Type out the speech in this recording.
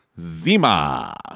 Zima